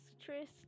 Tris